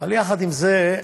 אבל יחד עם זה,